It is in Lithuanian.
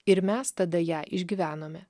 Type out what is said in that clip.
ir mes tada ją išgyvenome